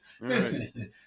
Listen